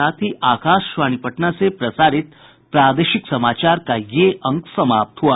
इसके साथ ही आकाशवाणी पटना से प्रसारित प्रादेशिक समाचार का ये अंक समाप्त हुआ